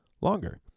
longer